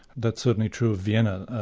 that's certainly true of vienna. a